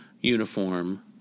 uniform